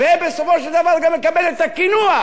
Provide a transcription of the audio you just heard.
ובסופו של דבר גם מקבלת את הקינוח.